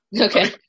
Okay